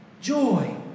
Joy